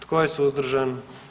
Tko je suzdržan?